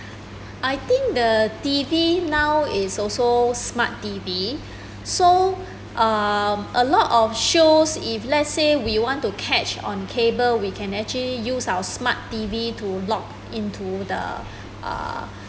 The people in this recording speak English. I think the T_V now is also smart T_V so uh a lot of shows if let's say we want to catch on cable we can actually use our smart T_V to lock into the uh